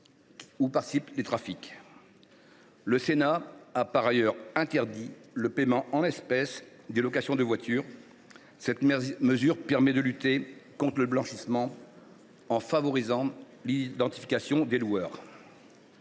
Le Sénat a par ailleurs interdit le paiement en espèces des locations de voiture. Cette mesure permettra de lutter contre le blanchiment en favorisant l’identification des loueurs.